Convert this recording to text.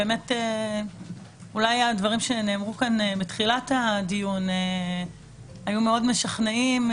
אולי הדברים שנאמרו כאן בתחילת הדיון היו מאוד משכנעים,